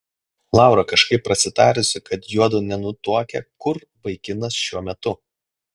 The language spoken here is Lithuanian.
laura kažkaip prasitarusi kad juodu nenutuokią kur vaikinas šiuo metu